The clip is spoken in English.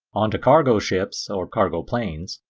onto cargo ships or cargo planes,